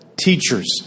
teachers